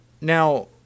Now